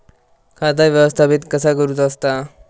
खाता व्यवस्थापित कसा करुचा असता?